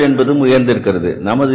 வேலை நாட்கள் என்பதும் உயர்ந்திருக்கிறது